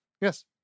Yes